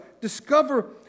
discover